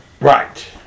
Right